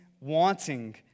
wanting